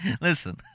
listen